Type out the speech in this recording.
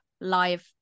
live